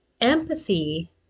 empathy